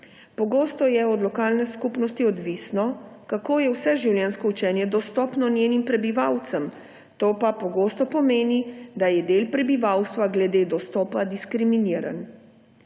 Pogosto je od lokalne skupnosti odvisno, kako je vseživljenjsko učenje dostopno njenim prebivalcem, to pa pogosto pomeni, da je del prebivalstva glede dostopa diskriminiran.